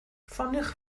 ffoniwch